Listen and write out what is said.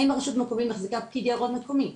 האם הרשות המקומית מחזיקה פקיד יערות מקומי?